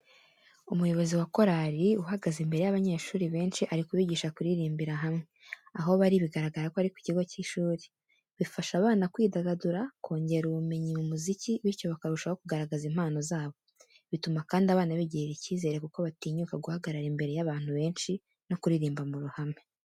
Umuyobozi wa korari uhagaze imbere y’abanyeshuri benshi, ari kubigisha kuririmbira hamwe. Aho bari bigaragara ko ari ku kigo cy'ishuri. Bifasha abana kwidagadura, kongera ubumenyi mu muziki bityo bakarushaho kugaragaza impano zabo. Bituma kandi abana bigirira icyizere kuko batinyuka guhagarara imbere y'abantu benshi no kuririmba mu ruhame.